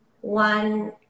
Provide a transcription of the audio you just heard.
one